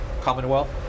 Commonwealth